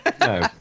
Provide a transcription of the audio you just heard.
no